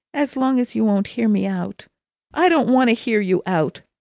as long as you won't hear me out i don't want to hear you out.